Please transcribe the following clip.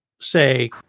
say